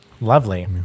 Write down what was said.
Lovely